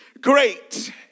great